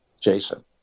Jason